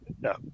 no